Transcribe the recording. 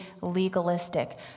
legalistic